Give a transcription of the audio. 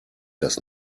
das